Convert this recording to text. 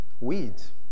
Weeds